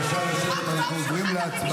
חברי הכנסת, בבקשה לשבת, אנחנו עוברים להצבעה.